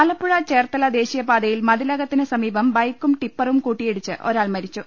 ആലപ്പുഴ ചേർത്തല ദേശീയപ്പാതയിൽ മതിലകത്തിന് സമീപം ബൈക്കും ടിപ്പറും കൂട്ടിയിടിച്ച് ഒരാൾ മരിച്ചു